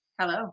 Hello